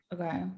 Okay